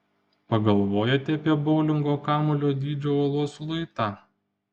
pagalvojate apie boulingo kamuolio dydžio uolos luitą